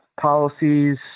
Policies